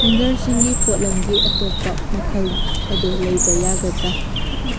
ꯍꯦꯡꯒꯔꯁꯤꯡꯒꯤ ꯄꯣꯠꯂꯝꯒꯤ ꯑꯇꯣꯞꯄ ꯃꯈꯜ ꯑꯗꯨ ꯂꯩꯕ ꯌꯥꯒꯗ꯭ꯔꯥ